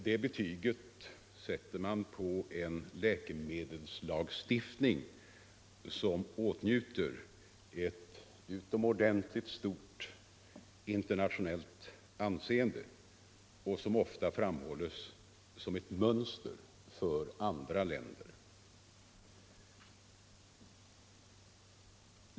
Det betyget sätter man på en läkemedelslagstiftning som åtnjuter ett utomordentligt stort internationellt anseende och som ofta framhålles som ett mönster för andra länder.